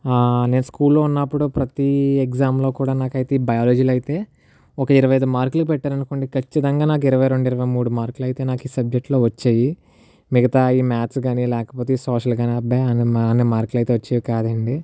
నేను స్కూల్ లో ఉన్నప్పుడు ప్రతి ఎగ్జామ్ లో కూడా నాకైతే బయాలజీ లో అయితే ఒక ఇరవై ఐదు మార్కులు పెట్టారనుకోండి ఖచ్చితంగా నాకు ఇరవై రెండు ఇరవై మూడు మార్కులు అయితే నాకు ఈ సబ్జెక్ట్ లో వచ్చేయి మిగతా ఈ మ్యాథ్స్ గాని లేకపోతే ఈ సోషల్ గాని అబ్బే అన్ని మార్కులు అయితే వచ్చేవి కాదండి